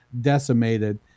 decimated